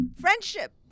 Friendship